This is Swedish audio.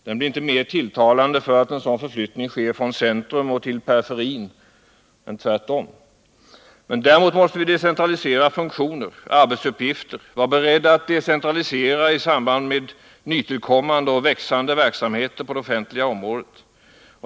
Den blir inte mer tilltalande för att den sker från centrum till periferin. Däremot måste vi decentralisera funktioner och arbetsuppgifter och vara beredda att decentralisera i samband med nytillkommande och växande verksamheter på det offentliga området.